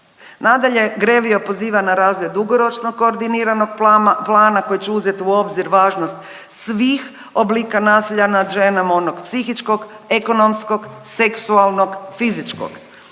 Nadalje, GREVIO poziva na razvoj dugoročno koordiniranog plana koji će uzeti u obzir važnost svih oblika nasilja nad ženama, onog psihičkog, ekonomskog, seksualnog, fizičkog.